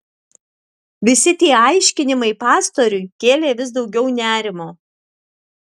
visi tie aiškinimai pastoriui kėlė vis daugiau nerimo